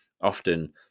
often